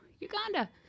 Uganda